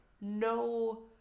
no